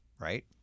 Right